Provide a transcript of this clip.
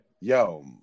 Yo